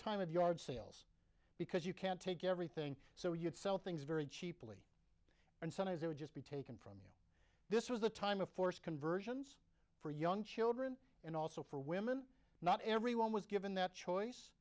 time of yard sales because you can't take everything so you'd sell things very cheaply and sometimes they would just be taken from this was the time of forced conversions for young children and also for women not everyone was given that choice